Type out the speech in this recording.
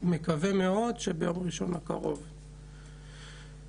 זה קיבל ביטוי בהחלטה.